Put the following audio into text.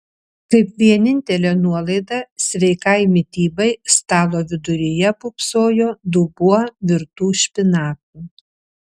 kaip vienintelė nuolaida sveikai mitybai stalo viduryje pūpsojo dubuo virtų špinatų